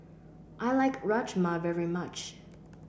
I like Rajma very much